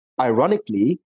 Ironically